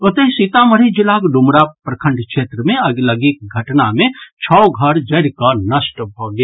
ओतहि सीतामढ़ी जिलाक डुमरा प्रखंड क्षेत्र मे अगिलगीक घटना मे छओ घर जरि कऽ नष्ट भऽ गेल